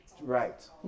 Right